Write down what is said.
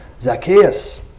Zacchaeus